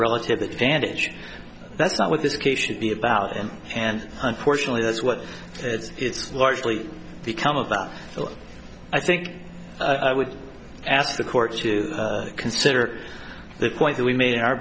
relative advantage that's not what this case should be about and unfortunately that's what it's largely become about so i think i would ask the court to consider the point that we made in our